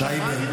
ששש.